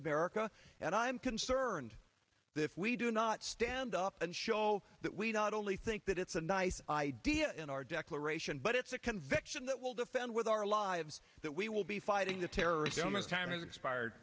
america and i'm concerned that if we do not stand up and show that we not only think that it's a nice idea in our declaration but it's a conviction that will defend with our lives that we will be fighting the terrorism as time has expired